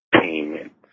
Payment